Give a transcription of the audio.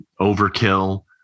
overkill